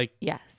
Yes